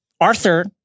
Arthur